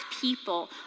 people